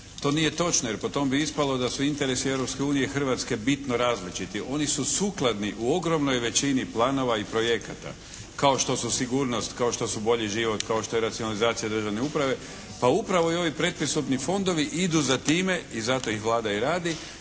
To nije točno jer po tom bi ispalo da su interesi Europske unije i Hrvatske bitno različiti. Oni su sukladni u ogromnoj većini planova i projekata kao što su sigurnost, kao što su bolji život, kao što je racionalizacija državne uprave pa upravo i ovi predpristupni fondovi idu za time i zato ih Vlada i radi